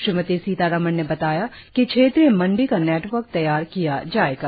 श्रीमती सीतारामन ने बताया कि क्षेत्रीय मंडी का नेटवर्क तैयार किया जाएगा